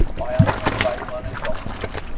i underwent a baseline endoscopy.